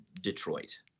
detroit